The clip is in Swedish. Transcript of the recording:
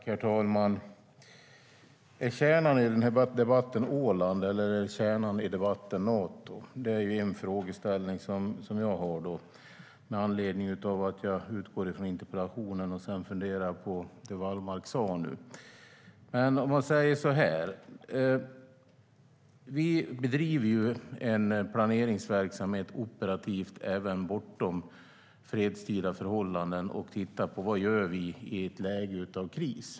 Herr talman! Är kärnan i denna debatt Åland, eller är kärnan i debatten Nato? Det är en frågeställning som jag har med anledning av att jag utgår ifrån interpellationen och sedan funderar på det som Wallmark nu sa. Låt mig säga så här: Vi bedriver en planeringsverksamhet operativt även bortom fredstida förhållanden och tittar på vad vi gör i ett läge av kris.